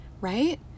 right